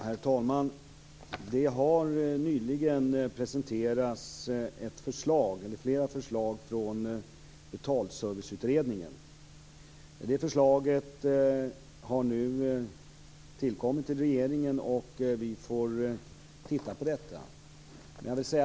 Herr talman! Det har nyligen presenterats ett förslag från Betalningsserviceutredningen. Förslaget har nu inkommit till regeringen, och vi får titta på det.